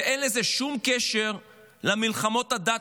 ואין לזה שום קשר למלחמות הדת,